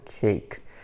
cake